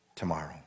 tomorrow